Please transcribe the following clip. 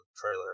trailer